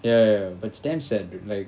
ya ya but sam said like